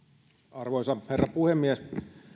arvoisa herra puhemies tämä